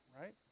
right